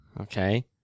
Okay